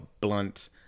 blunt